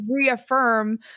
reaffirm